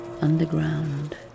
underground